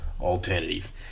alternative